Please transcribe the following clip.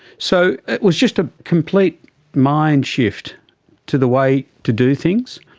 so it was just a complete mind shift to the way to do things.